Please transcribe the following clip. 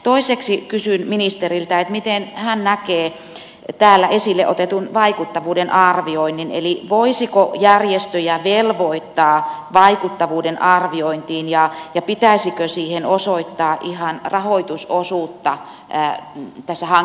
toiseksi kysyn ministeriltä miten hän näkee täällä esille otetun vaikuttavuuden arvioinnin eli voisiko järjestöjä velvoittaa vaikuttavuuden arviointiin ja pitäisikö siihen osoittaa ihan rahoitusosuutta tässä hankerahoituksessa